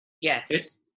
Yes